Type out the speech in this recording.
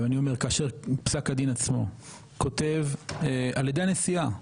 אני אומר כאשר פסק הדין עצמו כותב על ידי הנשיאה,